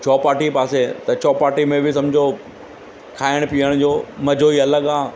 चौपाटी पासे त चौपाटी में बि सम्झो खाइणु पीअण जो मज़ो ई अलॻि आहे